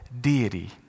deity